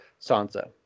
Sansa